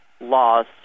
laws